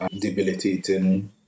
debilitating